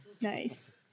Nice